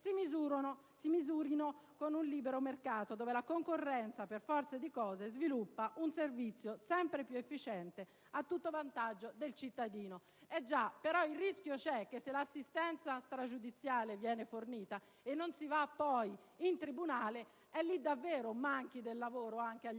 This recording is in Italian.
si misurino con un libero mercato, dove la concorrenza per forza di cose sviluppa un servizio sempre più efficiente a tutto vantaggio del cittadino». Il rischio che si corre è che, se l'assistenza stragiudiziale viene fornita e non vi si va poi in tribunale, ciò davvero fa mancare il lavoro anche agli avvocati.